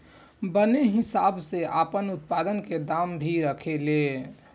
बने के हिसाब से आपन उत्पाद के दाम भी रखे ले